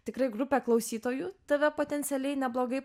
tikrai grupė klausytojų tave potencialiai neblogai